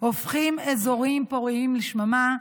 הופכים מאזורים פוריים לשממה.